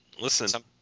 Listen